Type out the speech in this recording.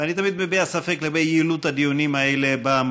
ואני תמיד מביע ספק לגבי יעילות הדיונים במליאה.